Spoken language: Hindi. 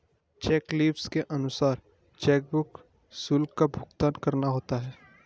चेक लीव्स के अनुसार चेकबुक शुल्क का भुगतान करना होता है